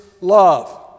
love